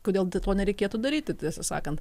kodėl to nereikėtų daryti tiesą sakant